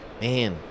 man